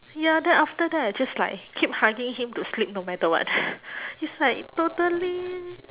ya then after that I just like keep hugging him to sleep no matter what it's like totally